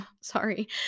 sorry